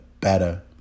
better